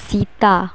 ᱥᱮᱛᱟ